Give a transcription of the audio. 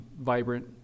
vibrant